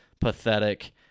pathetic